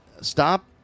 stop